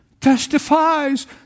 testifies